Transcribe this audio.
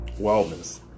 wellness